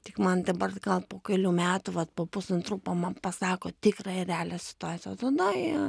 tik man dabar gal po kelių metų vat po pusantrų po man pasako tikrąją realią situaciją o tada jie